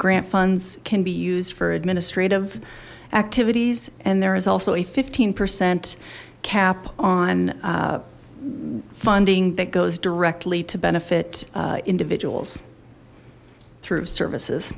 grant funds can be used for administrative activities and there is also a fifteen percent cap on funding that goes directly to benefit individuals through services